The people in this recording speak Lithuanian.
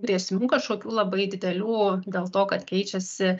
grėsmių kažkokių labai didelių dėl to kad keičiasi